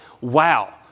wow